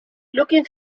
looking